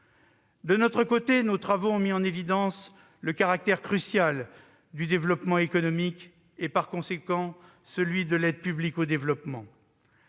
De notre côté, nos travaux ont mis en évidence le caractère crucial du développement économique et, par conséquent, celui de l'aide publique au développement.